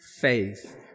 faith